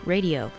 Radio